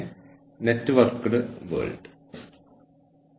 ഈ നിർവചനങ്ങളെല്ലാം ഒരുപാട് വിശദാംശങ്ങൾ ഉൾക്കൊള്ളുന്നു